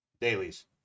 Dailies